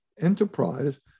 enterprise